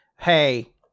hey